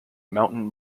mountain